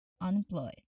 unemployed